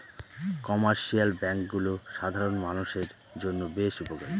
commercial ব্যাঙ্কগুলো সাধারণ মানষের জন্য বেশ উপকারী